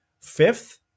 Fifth